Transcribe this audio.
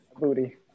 Booty